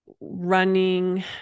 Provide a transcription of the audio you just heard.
running